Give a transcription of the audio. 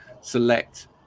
select